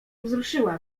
wzruszyła